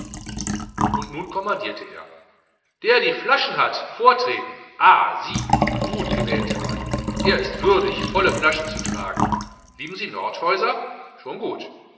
und nun kommandierte er der die flaschen hat vortreten ah sie gut gewählt der mann er ist würdig volle flaschen zu tragen lieben sie nordhäuser schon gut